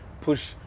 push